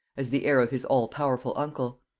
as the heir of his all-powerful uncle.